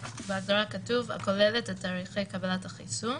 בהגדרה כתוב הכוללת את תאריכי קבלת החיסון